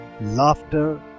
laughter